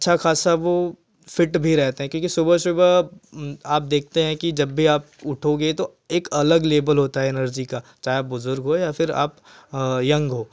अच्छा खासा वह फिट भी रहते हैं क्योंकि सुबह सुबह आप देखते हैं कि जब भी आप उठोगे तो एक अलग लेबल होता है एनर्जी का चाहे आप बुजुर्ग हो या फिर आप यंग हो